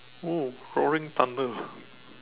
oh roaring thunder